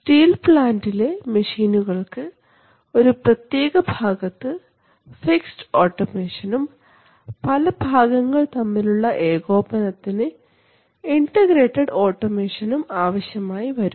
steel പ്ലാൻറ്ലെ മെഷീനുകൾക്ക് ഒരു പ്രത്യേക ഭാഗത്ത് ഫിക്സെഡ് ഓട്ടോമേഷനും പല ഭാഗങ്ങൾ തമ്മിലുള്ള ഏകോപനത്തിന് ഇൻറഗ്രേറ്റഡ് ഓട്ടോമേഷനും ആവശ്യമായി വരും